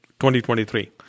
2023